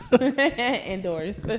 indoors